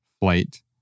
flight